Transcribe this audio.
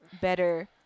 better